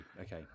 Okay